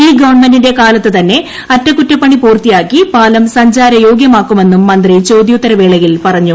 ഈ ഗവൺമെന്റിന്റെ കാലത്തു തന്നെ അറ്റകുറ്റപ്പണി പൂർത്തിയാക്കി പാലം സഞ്ചാര യോഗ്യമാക്കുമെന്നും മന്ത്രി ചോദ്യോത്തര വേളയിൽ പറഞ്ഞു